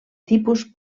tipus